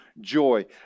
joy